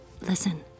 listen